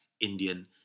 Indian